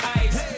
ice